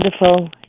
wonderful